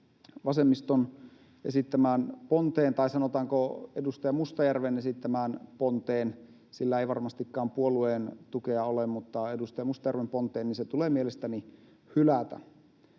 vasemmiston esittämään ponteen — tai, sanotaanko, edustaja Mustajärven esittämään ponteen, kun sillä ei varmastikaan puolueen tukea ole — niin se tulee mielestäni hylätä.